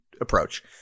approach